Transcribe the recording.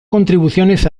contribuciones